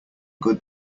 good